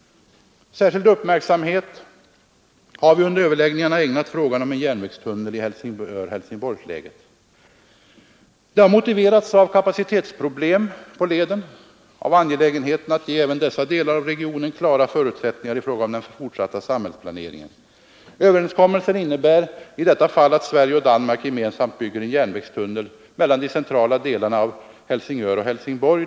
Särskild uppmärksamhet har vi under överläggningarna ägnat frågan om en järnvägstunnel i Helsingör—Helsingborg-läget. Det har motiverats av kapacitetsproblem på leden och av angelägenheten att ge även dessa delar av regionen klara förutsättningar i fråga om den fortsatta samhällsplaneringen. Överenskommelsen innebär i detta fall att Sverige och Danmark gemensamt bygger en järnvägstunnel mellan de centrala delarna av Helsingör och Helsingborg.